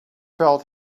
felt